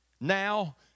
now